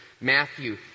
Matthew